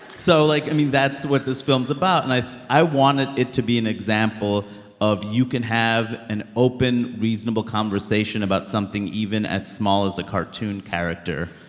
so like i mean, that's what this film is about. and i i wanted it to be an example of you can have an open, reasonable conversation about something even as small as a cartoon character,